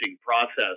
process